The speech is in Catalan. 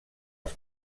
els